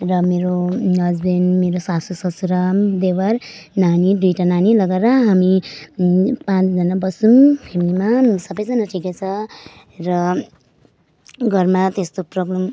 र मेरो हस्बेन्ड मेरो सासु ससुरा देवर नानी दुईवटा नानी लगाएर हामी पाँचजना बस्छौँ फ्यामिलीमा र सबैजनाले ठिकै छ र घरमा त्यस्तो प्रब्लम